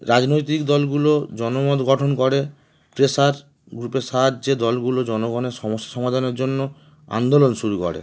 রাজনৈতিক দলগুলো জনমত গঠন করে প্রেশার গ্রুপের সাহায্যে দলগুলো জনগণের সমস্যা সমাধানের জন্য আন্দোলন শুরু করে